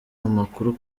amakuru